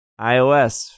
iOS